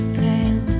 pale